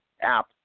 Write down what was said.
app